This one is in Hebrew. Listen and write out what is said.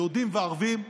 יהודים וערבים.